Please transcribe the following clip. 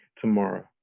tomorrow